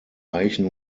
eichen